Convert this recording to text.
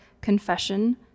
confession